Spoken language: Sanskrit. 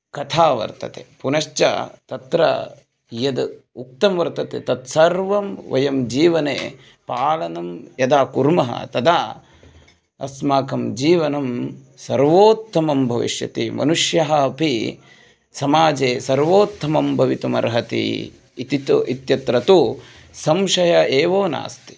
कथा वर्तते पुनश्च तत्र यद् उक्तं वर्तते तत् सर्वं वयं जीवने पालनं यदा कुर्मः तदा अस्माकं जीवनं सर्वोत्तमं भविष्यति मनुष्यः अपि समाजे सर्वोत्तमं भवितुमर्हति इति तु इत्यत्र तु संशयः एव नास्ति